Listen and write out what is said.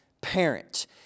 parent